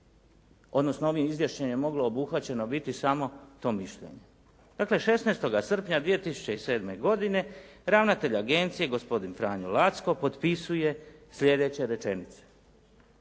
odnosno ovim izvješćem je moglo obuhvaćeno biti samo to mišljenje. Dakle, 16. srpnja 2007. godine ravnatelj agencije, gospodin Franjo Lacko potpisuje sljedeće rečenice: